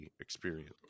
experience